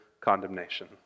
condemnation